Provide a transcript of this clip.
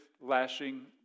lashing